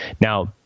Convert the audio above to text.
Now